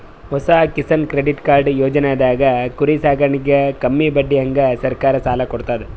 ಹೊಸ Kisan credit card ಯೋಜನೆದಾಗ್ ಕುರಿ ಸಾಕಾಣಿಕೆಗ್ ಕಮ್ಮಿ ಬಡ್ಡಿಹಂಗ್ ಸರ್ಕಾರ್ ಸಾಲ ಕೊಡ್ತದ್